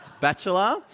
Bachelor